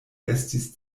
estis